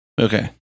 okay